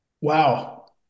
wow